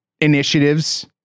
initiatives